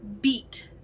beat